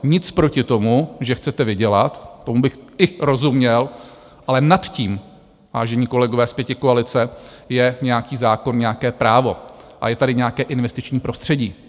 Nic proti tomu, že chcete vydělat, tomu bych i rozuměl, ale nad tím, vážení kolegové z pětikoalice, je nějaký zákon, nějaké právo a je tady nějaké investiční prostředí.